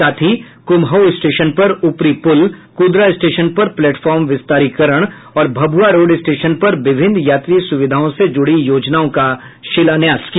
साथ ही कुम्हऊ स्टेशन पर ऊपरी पुल कुदरा स्टेशन पर प्लेटफॉर्म विस्तारीकरण और भभुआ रोड स्टेशन पर विभिन्न यात्री सुविधाओं से जुड़ी योजनाओं का शिलान्यास किया